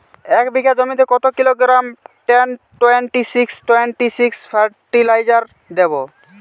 এক বিঘা জমিতে কত kilogram ten twenty six twenty six fertiliser দেবো?